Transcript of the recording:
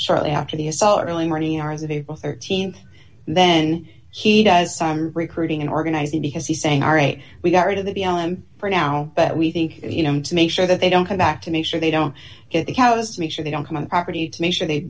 shortly after the assault early morning hours of april th then he does recruiting and organizing because he's saying our eight we got rid of the l m for now but we think you know to make sure that they don't come back to make sure they don't get the cows to make sure they don't come on property to make sure they